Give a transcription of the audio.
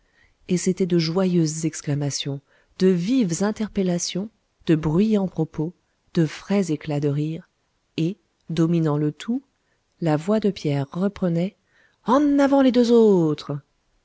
et c'étaient de joyeuses exclamations de vives interpellations de bruyants propos de frais éclats de rire et dominant le tout la voix de pierre reprenait en avant les deux autres